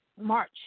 March